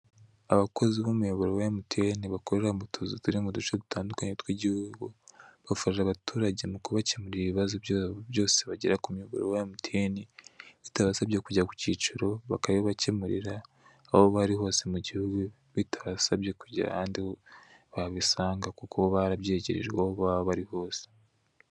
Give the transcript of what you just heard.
Abakozi b'umuyoboro wa MTN bakorera mu tuzu turi mu duce dutandukanye tw'igihugu bafasha abaturage mu kubakemurira ibibazo byabo byose bagira ku muyoboro wa MTN bitabasabye kujya ku cyicaro, bakabibakemurira aho bari hose mu gihugu bitabasabye kujya ahandi babisanga kuko bo barabyegerejwe aho baba bari hose.